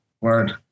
Word